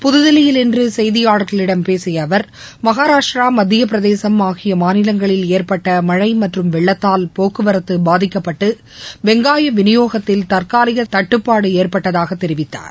புதுதில்லியில் இன்று செய்தியாளர்களிடம் பேசிய அவர் மகாராஷ்டிரா மத்திய பிரதேசம் ஆகிய மாநிலங்களில் ஏற்பட்ட மழை மற்றும் வெள்ளத்தால் போக்குவரத்து பாதிக்கப்பட்டு வெங்காய விநியோகத்தில் தற்காலிக கட்டுப்பாடு ஏற்பட்டதாக தெரிவித்தார்